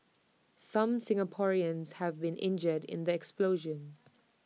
some Singaporeans have been injured in the explosion